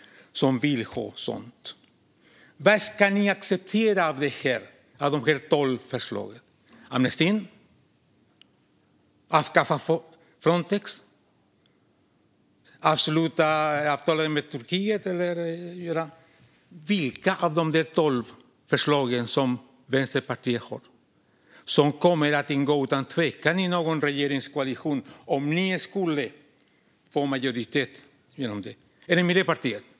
Vad ska ni acceptera av de tolv förslagen? Är det amnestin, att avskaffa Frontex eller att avsluta avtalet med Turkiet? Vilka av de tolv förslagen som Vänsterpartiet har handlar det om? Vänsterpartiet kommer utan tvekan att ingå i någon regeringskoalition om ni skulle få majoritet genom dem, eller Miljöpartiet.